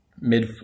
mid